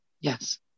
Yes